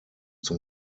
zum